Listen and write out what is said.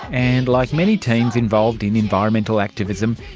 and, like many teens involved in environmental activism,